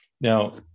Now